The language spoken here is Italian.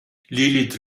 lilith